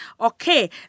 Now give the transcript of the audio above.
Okay